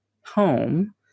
home